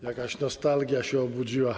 Jakaś nostalgia się obudziła.